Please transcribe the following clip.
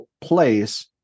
place